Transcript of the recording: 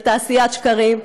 בתעשיית שקרים.